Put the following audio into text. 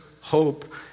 hope